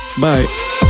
bye